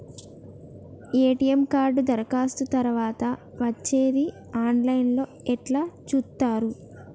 ATM card దరఖాస్తు తరువాత వచ్చేది ఆన్ లైన్ లో ఎట్ల చూత్తరు?